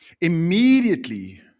Immediately